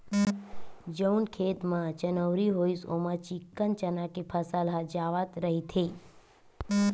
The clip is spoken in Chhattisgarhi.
जउन खेत म चनउरी होइस ओमा चिक्कन चना के फसल ह जावत रहिथे